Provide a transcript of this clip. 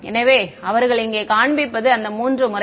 எனவே அவர்கள் இங்கே காண்பிப்பது அந்த மூன்று முறைகள்